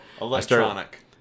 Electronic